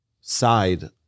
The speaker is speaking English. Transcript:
side